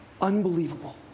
unbelievable